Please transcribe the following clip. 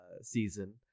season